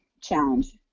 challenge